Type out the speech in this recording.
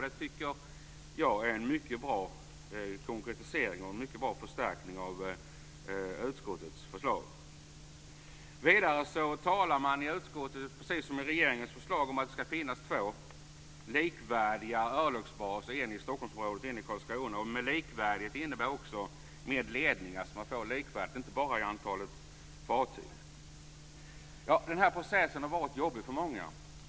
Det tycker jag är en mycket bra konkretisering och en mycket bra förstärkning av utskottets förslag. Vidare talar man i utskottet precis som i regeringens förslag om att det ska finnas två likvärdiga örlogsbaser, en i Stockholmsområdet och en i Karlskrona. Med likvärdig menas också ledning, inte bara antalet fartyg. Den här processen har varit jobbig för många.